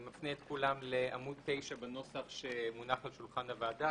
אני מפנה את כולם לעמוד 9 בנוסח שמונח על שולחן הוועדה,